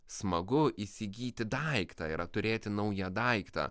smagu įsigyti daiktą yra turėti naują daiktą